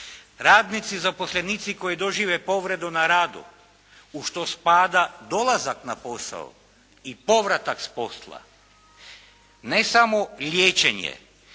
Radnici zaposlenici koji dožive povredu na radu u što spada dolazak na posao i povratak s posla ne samo liječenje